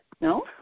No